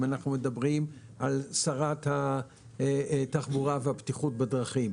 אם אנחנו מדברים על שרת התחבורה והבטיחות בדרכים.